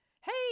hey